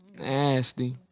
Nasty